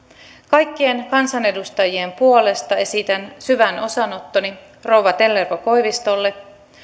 kaikkien kansanedustajien puolesta esitän syvän osanottoni rouva tellervo koivistolle